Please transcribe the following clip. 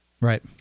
Right